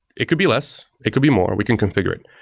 it could be less. it could be more. we can configure it.